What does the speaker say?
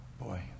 Boy